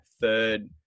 third